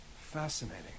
fascinating